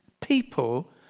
people